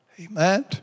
Amen